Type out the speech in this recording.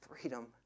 freedom